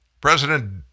President